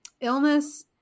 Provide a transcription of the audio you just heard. illness